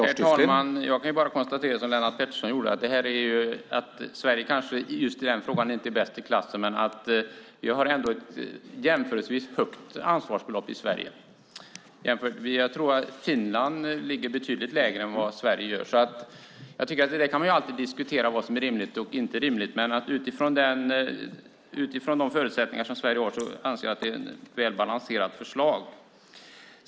Herr talman! Jag kan bara konstatera, som Lennart Pettersson gjorde, att Sverige kanske inte just i den frågan är bäst i klassen. Men vi har ändå ett jämförelsevis högt ansvarsbelopp i Sverige. Jag tror att det ligger betydligt lägre i Finland än i Sverige. Man kan ju alltid diskutera vad som är rimligt och inte rimligt, men att utifrån de förutsättningar som Sverige har anser jag att det är ett välbalanserat förslag.